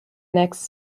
next